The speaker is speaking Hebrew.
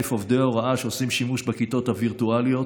מ-100,000 עובדי הוראה שעושים שימוש בכיתות הווירטואליות